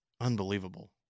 Unbelievable